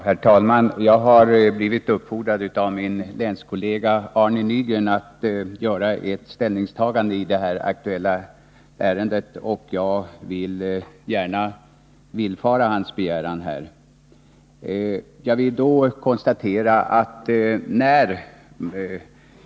Herr talman! Jag har blivit uppfordrad av min länskollega Arne Nygren att göra ett ställningstagande i det här aktuella ärendet, och jag vill gärna villfara hans begäran.